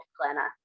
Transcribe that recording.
planner